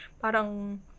parang